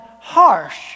harsh